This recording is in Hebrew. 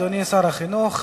אדוני שר החינוך,